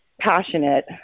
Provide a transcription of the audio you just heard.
passionate